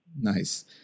Nice